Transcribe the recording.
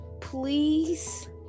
Please